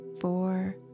four